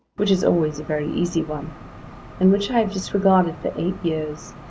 which is always a very easy one and which i have disregarded for eight years,